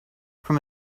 from